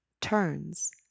turns